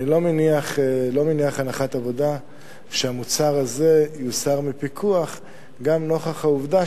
אני לא מניח הנחת עבודה שהמוצר הזה יוסר מפיקוח גם נוכח העובדה,